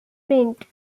print